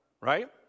right